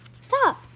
Stop